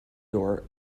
door